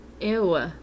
Ew